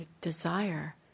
desire